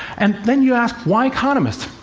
and then you ask, why economists?